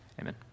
amen